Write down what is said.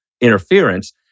interference